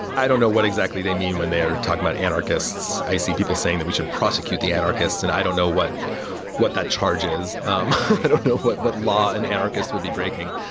i don't know what exactly they mean when they are talking about anarchists. i see people saying that we should prosecute the anarchists. and i don't know what what that charges. um i don't know what what law an anarchist would be breaking.